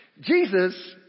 Jesus